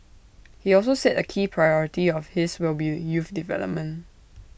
he also said A key priority of his will be youth development